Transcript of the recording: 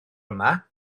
yma